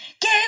give